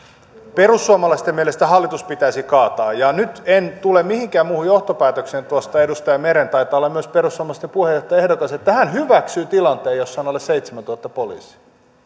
perussuomalaisten mielestä hallitus pitäisi kaataa nyt en tule mihinkään muuhun johtopäätökseen tuosta edustaja meren puheesta taitaa olla myös perussuomalaisten puheenjohtajaehdokas kuin että hän hyväksyy tilanteen jossa on alle seitsemäntuhatta poliisia